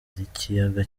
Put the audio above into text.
z’ikiyaga